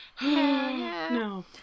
no